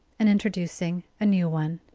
and introducing a new one.